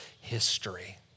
history